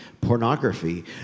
pornography